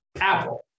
Apple